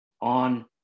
on